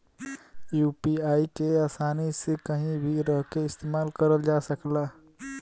UPI के आसानी से कहीं भी रहके इस्तेमाल करल जा सकला